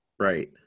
Right